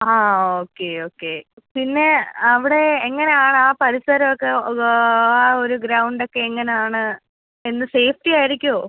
ആ okay okay പിന്നെ അവിടെ എങ്ങനെയാണ് ആ പരിസരമൊക്കെ ആ ഒരു ഗ്രൗണ്ടക്കെ എങ്ങനെയാണ് എന്ത് സേഫ്റ്റി ആയിരിക്കുമോ